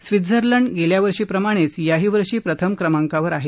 Switzerland गेल्यावर्षी प्रमाणेच याही वर्षी प्रथम क्रमाकांवर आहे